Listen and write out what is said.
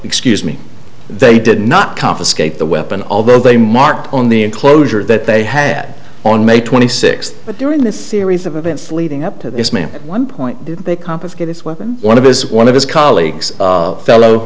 excuse me they did not confiscate the weapon although they marked on the enclosure that they had on may twenty sixth but during this series of events leading up to the one point they confiscate this weapon one of those one of his colleagues fellow